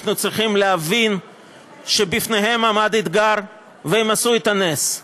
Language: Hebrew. אנחנו צריכים להבין שבפניהם עמד אתגר והם עשו את הנס,